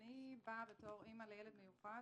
אני באה לכאן כאימא לילד מיוחד,